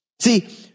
See